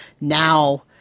now